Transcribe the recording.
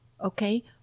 okay